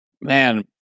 man